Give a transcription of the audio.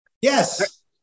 yes